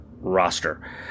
roster